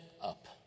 up